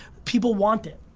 people want it.